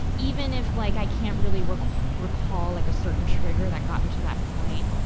even if like i can't really recall recall like a certain trigger that got me to that point,